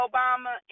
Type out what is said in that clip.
Obama